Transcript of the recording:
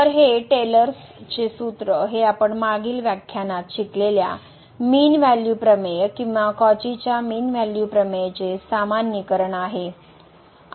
तर हे टेलर्स सूत्र हे आपण मागील व्याख्यानात शिकलेल्या मीन व्हॅल्यू प्रमेय किंवा कॉचीच्या Cauchys मीन व्हॅल्यू प्रमेय चे सामान्यीकरण आहे